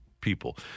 people